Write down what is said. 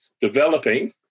developing